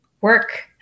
Work